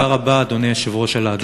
תודה רבה, אדוני היושב-ראש, על האדיבות.